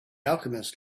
alchemist